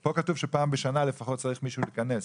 פה כתוב שפעם בשנה לפחות צריך מישהו להיכנס.